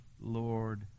Lord